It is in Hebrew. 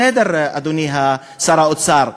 בסדר, אדוני שר האוצר,